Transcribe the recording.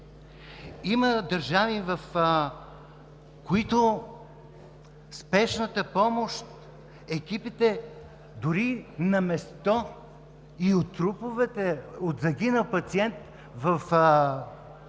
Има държави, в които спешната помощ, екипите дори на място и от труповете на загинал пациент в най-ранните